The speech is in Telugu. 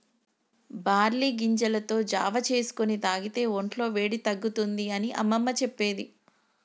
బార్లీ గింజలతో జావా చేసుకొని తాగితే వొంట్ల వేడి తగ్గుతుంది అని అమ్మమ్మ చెప్పేది